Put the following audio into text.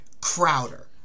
Crowder